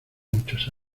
muchos